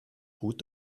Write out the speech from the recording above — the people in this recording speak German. gut